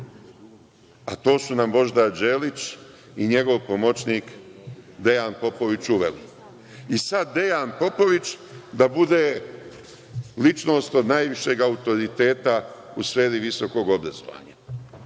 To su nam Božidar Đelić i njegov pomoćnik Dejan Popović uveli. Sada Dejan Popović da bude ličnost od najvišeg autoriteta u sferi visokog obrazovanja.